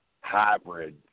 hybrid